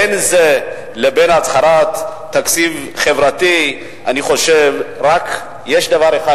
בין זה לבין הצהרת תקציב חברתי אני חושב שיש דבר אחד,